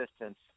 distance